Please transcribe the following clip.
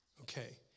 Okay